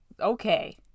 Okay